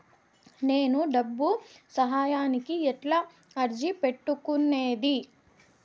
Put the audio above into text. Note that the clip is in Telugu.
నేను డబ్బు సహాయానికి ఎట్లా అర్జీ పెట్టుకునేది?